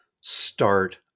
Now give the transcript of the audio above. start